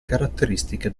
caratteristiche